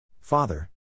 Father